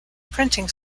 printing